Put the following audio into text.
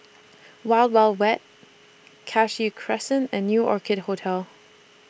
Wild Wild Wet Cashew Crescent and New Orchid Hotel